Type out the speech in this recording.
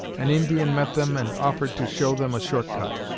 an indian met them and offered to show them a short cut.